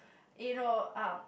you know um